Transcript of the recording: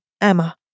Emma